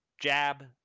jab